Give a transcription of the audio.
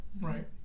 Right